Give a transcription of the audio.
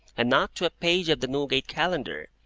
and not to a page of the newgate calendar,